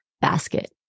basket